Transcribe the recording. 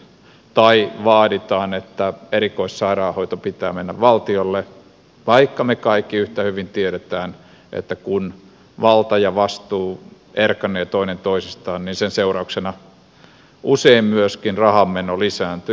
tai vaaditaan että erikoissairaanhoidon pitää mennä valtiolle vaikka me kaikki yhtä hyvin tiedämme että kun valta ja vastuu erkanevat toinen toisistaan niin sen seurauksena usein myöskin rahanmeno lisääntyy